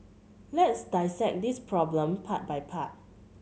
let's dissect this problem part by part